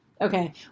Okay